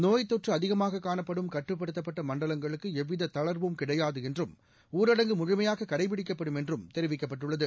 நோய் தொற்று அதிகமாக காணப்படும் கட்டுப்படுத்தப்பட்ட மண்டலங்களுக்கு எவ்வித தளா்வும் கிடையாது என்றும் ஊரடங்கு முழுமையாக கடைபிடிக்கப்படும் என்றும் தெரிவிக்கப்பட்டுள்ளது